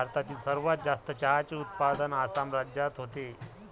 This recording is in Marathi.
भारतातील सर्वात जास्त चहाचे उत्पादन आसाम राज्यात होते